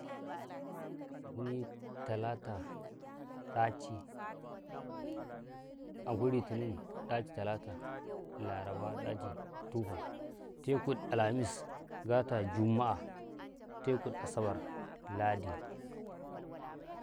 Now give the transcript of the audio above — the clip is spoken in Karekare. An kunii, talata ɗaci ankun litinn, ɗaci talata, laraba, ɗaci tufa, teku a'lamis, gata, jummu'ah, teku asabar, ladi.